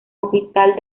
hospital